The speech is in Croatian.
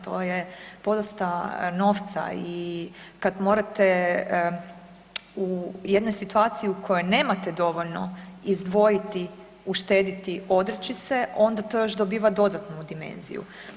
To je podosta novca i kada morate u jednoj situaciji u kojoj nemate dovoljno izdvojiti, uštedjeti, odreći se onda to još dobiva dodatnu dimenziju.